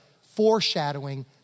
foreshadowing